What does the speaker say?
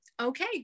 okay